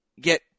get